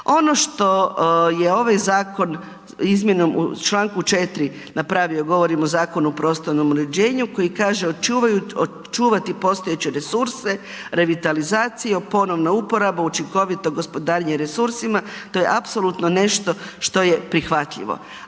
Ono što je ovaj zakon izmjenom u članku 4. napravio, govorim o Zakonu o prostornom uređenju koji kaže očuvati postojeće resurse, revitalizacija, ponovno uporaba, učinkovito gospodarenje resursima, to je apsolutno nešto što je prihvatljivo